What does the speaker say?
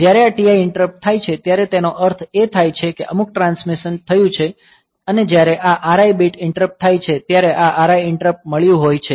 જ્યારે આ TI interrupt થાય છે ત્યારે તેનો અર્થ એ થાય છે કે અમુક ટ્રાન્સમિશન થયું છે અને જ્યારે આ RI ઈંટરપ્ટ થાય છે ત્યારે આ RI ઈંટરપ્ટ મળ્યું હોય છે